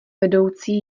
vedoucí